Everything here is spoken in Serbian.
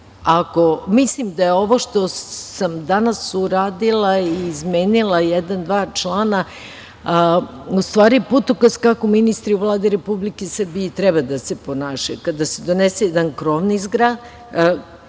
da je ovo što sam danas uradila, izmenila jedan-dva člana, u stvari putokaz kako ministri u Vladi Republike Srbije treba da se ponašaju. Kada se donese jedan krovni zakon,